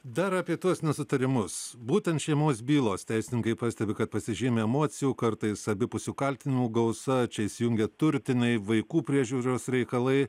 dar apie tuos nesutarimus būtent šeimos bylos teisininkai pastebi kad pasižymi emocijų kartais abipusių kaltinimų gausa čia įsijungia turtiniai vaikų priežiūros reikalai